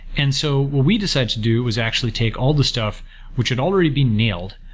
and so what we decided to do was actually take all the stuff which had already been nailed,